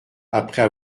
après